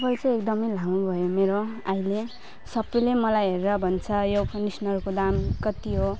कपाल चाहिँ एकदम लामो भयो मेरो अहिले सबले मलाई हेरेर भन्छ यो कन्डिसनरको दाम कति हो